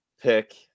pick